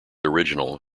original